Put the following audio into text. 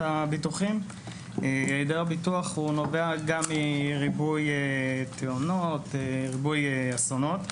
היעדר ביטוח נובע גם מריבוי תאונות וריבוי אסונות,